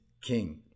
king